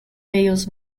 wales